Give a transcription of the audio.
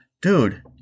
Dude